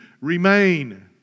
Remain